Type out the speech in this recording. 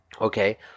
Okay